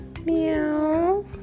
meow